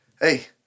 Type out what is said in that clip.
Hey